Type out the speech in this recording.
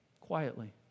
Quietly